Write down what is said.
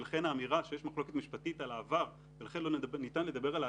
ולכן האמירה שיש מחלוקת משפטית על העבר ולכן לא ניתן לדבר על העתיד,